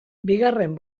bigarren